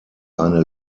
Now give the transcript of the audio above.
eine